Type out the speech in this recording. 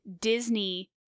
Disney